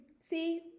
See